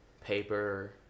paper